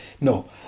No